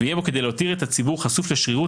יהיה בו כדי להותיר את הציבור חשוף לשרירות